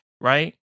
right